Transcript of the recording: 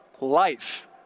life